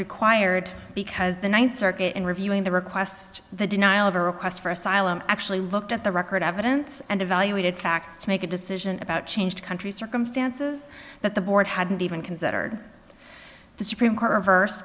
required because the ninth circuit in reviewing the request the denial of a request for asylum actually looked at the record evidence and evaluated facts to make a decision about change country circumstances that the board hadn't even considered the supreme court reverse